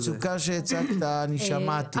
אדוני, את המצוקה שהצגת, אני שמעתי.